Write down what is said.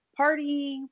partying